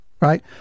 right